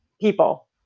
people